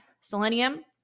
selenium